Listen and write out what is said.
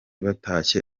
batashye